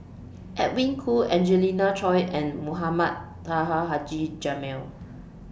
Edwin Koo Angelina Choy and Mohamed Taha Haji Jamil